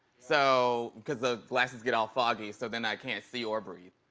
so, cause the glasses get all foggy, so then i can't see or breathe.